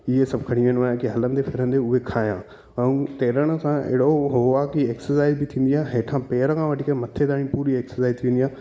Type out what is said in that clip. इहे सभु खणी वेंदो आहियां की हलंदे फिरंदे उहे खाया ऐं तरण सां अहिड़ो हो आहे की एक्सरसाइज़ बि थींदी आहे हेठा पेर खां वठी करे मथे ताईं पूरी एक्सरसाइज़ थींदी आहे